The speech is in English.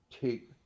take